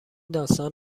داستان